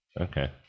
Okay